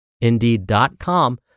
Indeed.com